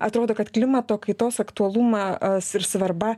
atrodo kad klimato kaitos aktualumas ir svarba